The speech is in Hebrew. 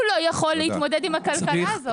הוא לא יכול להתמודד עם הכלכלה הזאת.